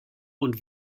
und